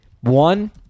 one